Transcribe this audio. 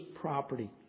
property